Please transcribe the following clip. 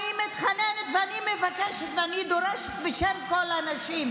אני מתחננת, אני מבקשת ואני דורשת בשם כל הנשים: